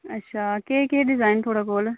अच्छा केह् केह् डिजाइन थोआड़े कोल